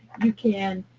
you can,